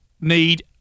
need